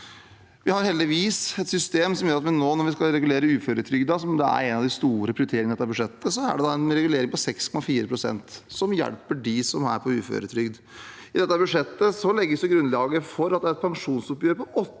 Vi har heldigvis et system som gjør at når vi nå skal regulere uføretrygden, som er en av de store prioriteringene i dette budsjettet, er det en regulering på 6,4 pst., som hjelper dem som er på uføretrygd. I dette budsjettet legges grunnlaget for et pensjonsoppgjør på 8,5 pst.,